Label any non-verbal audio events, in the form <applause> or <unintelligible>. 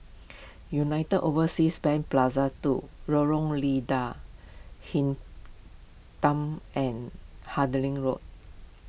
<noise> United Overseas Bank Plaza two Lorong Lada Hitam and <unintelligible> Road